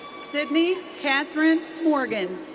sydney kathryn morgan.